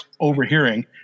overhearing